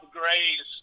graze